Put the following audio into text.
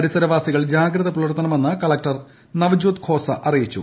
പരിസരവാസികൾ ജാഗ്രത പുലർത്തണമെന്ന് കളക്ടർ നവജ്യോത് ഖോസ അറിയിച്ചു